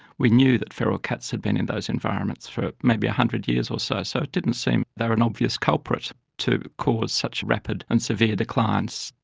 we knew that feral cats had been in those environments for maybe one hundred years or so, so it didn't seem they were an obvious culprit to cause such rapid and severe declines,